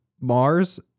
Mars